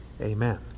Amen